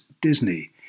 Disney